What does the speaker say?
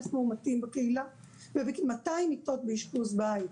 מאומתים בקהילה ובכ-200 מיטות באשפוז בית.